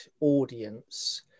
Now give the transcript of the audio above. audience